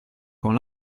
con